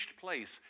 place